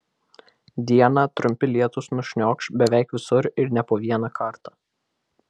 dieną trumpi lietūs nušniokš beveik visur ir ne po vieną kartą